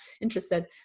Interested